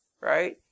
Right